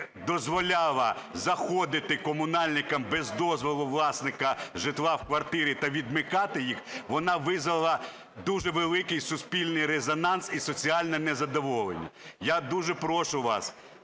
дозволяла заходити комунальникам без дозволу власника житла у квартири та відмикати їх, вона визвала дуже великий суспільний резонанс і соціальне незадоволення. Я дуже прошу вас